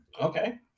Okay